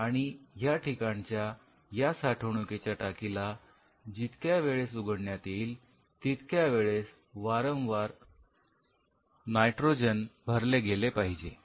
आणि ह्या ठिकाणच्या या साठवणुकीच्या टाकीला जितक्या वेळेस उघडण्यात येईल तितक्या वेळेस वारंवार नायट्रोजन भरले गेले पाहिजे